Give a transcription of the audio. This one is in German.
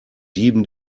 dieben